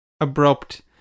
abrupt